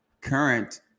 current